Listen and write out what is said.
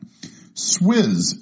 Swiz